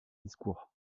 discours